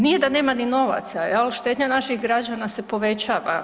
Nije da nema ni novaca jel, štednja naših građana se povećava.